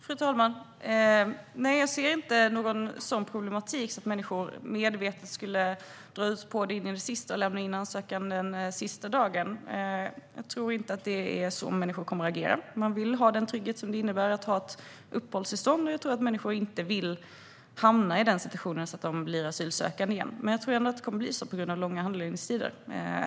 Fru talman! Nej, jag ser inte någon sådan problematik. Jag ser inte att människor medvetet skulle dra ut på det in i det sista och lämna in ansökan den sista dagen. Jag tror inte att det är så människor kommer att agera. Man vill ha den trygghet som det innebär att ha ett uppehållstillstånd, och jag tror att människor inte vill hamna i situationen att de blir asylsökande igen. Men jag tror att det kommer att bli så ändå på grund av långa handläggningstider.